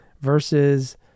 versus